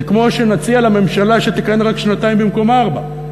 זה כמו שנציע לממשלה שתכהן רק שנתיים במקום ארבע.